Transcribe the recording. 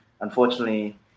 unfortunately